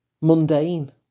mundane